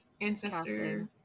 Ancestor